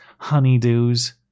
honeydews